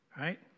right